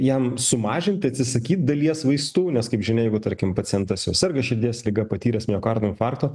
jam sumažinti atsisakyt dalies vaistų nes kaip žinia jeigu tarkim pacientas jau serga širdies liga patyręs miokardo infarkto